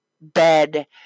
bed